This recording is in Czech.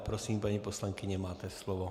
Prosím, paní poslankyně, máte slovo.